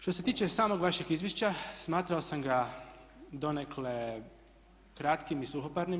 Što se tiče samog vašeg izvješća, smatrao sam ga donekle kratkim i suhoparnim.